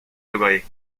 degré